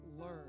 learn